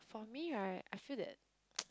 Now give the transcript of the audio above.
for me right I feel that